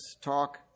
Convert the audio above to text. talk